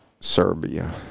Serbia